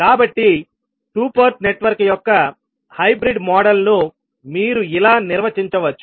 కాబట్టి 2 port network యొక్క hybrid model ను మీరు ఇలా నిర్వచించవచ్చు